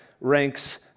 ranks